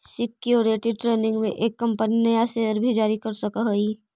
security training में एक company नया शेयर भी जारी कर सकऽ हई